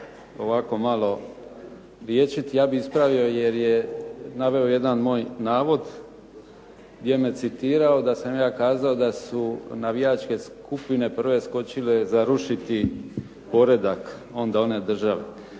ovako malo rječit. Ja bih ispravio jer je naveo jedan moj navod gdje me citirao da sam ja kazao da su navijačke skupine prve skočile za rušiti poredak, onda one